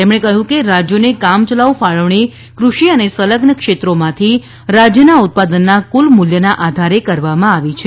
તેમણે કહ્યું કે રાજ્યોને કામચલાઉ ફાળવણી કૃષિ અને સંલઝ્ન ક્ષેત્રોમાંથી રાજ્યના ઉત્પાદનના કુલ મૂલ્યના આધારે કરવામાં આવી છે